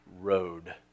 road